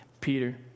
Peter